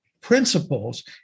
principles